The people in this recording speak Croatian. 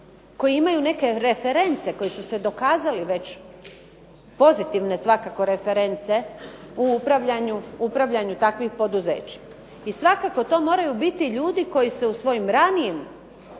koji imaju neke reference, koji su se dokazali već pozitivne svakako reference u upravljanju takvih poduzeća. I svakako to moraju biti ljudi koji se u svojim ranijem